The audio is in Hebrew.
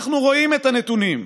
אנחנו רואים את הנתונים.